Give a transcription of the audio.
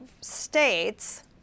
states